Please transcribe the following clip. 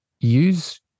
use